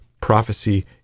prophecy